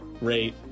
rate